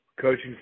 coaching